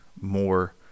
more